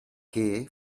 che